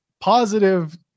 positive